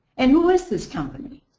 and who is this company?